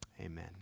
Amen